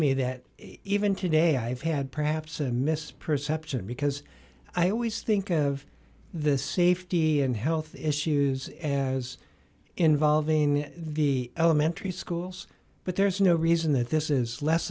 me that even today i've had perhaps a mis perception because i always think of the safety and health issues as involving the elementary schools but there's no reason that this is less